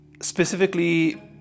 Specifically